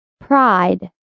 Pride